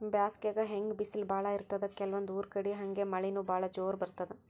ಬ್ಯಾಸ್ಗ್ಯಾಗ್ ಹೆಂಗ್ ಬಿಸ್ಲ್ ಭಾಳ್ ಇರ್ತದ್ ಕೆಲವಂದ್ ಊರ್ ಕಡಿ ಹಂಗೆ ಮಳಿನೂ ಭಾಳ್ ಜೋರ್ ಬರ್ತದ್